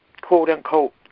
quote-unquote